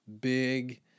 big